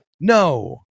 no